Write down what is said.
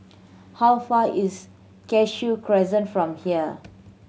how far is Cashew Crescent from here